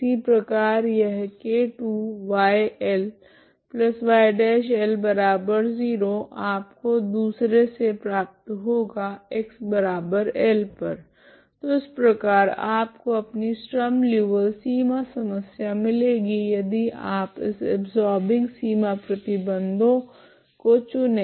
इसी प्रकार यह k2 yy0 आपको दूसरे से प्राप्त होगा xL पर तो इस प्रकार आपको अपनी स्ट्रीम लीऔविल्ले सीमा समस्या मिलेगी यदि आप इस अबसोरबिंग सीमा प्रतिबंधों को चुने